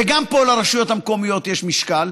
וגם פה לרשויות המקומיות יש משקל.